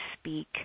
speak